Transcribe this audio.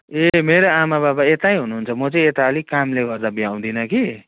ए मेरो आमाबाबा यतै हुनुहुन्छ म चाहिँ यता अलिक कामले गर्दा भ्याउँदिनँ कि